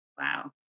Wow